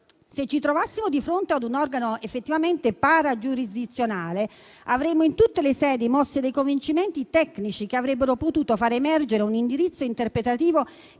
Se ci trovassimo di fronte ad un organo effettivamente paragiurisdizionale, avremmo in tutte le sedi mosso dei convincimenti tecnici che avrebbero potuto far emergere un indirizzo interpretativo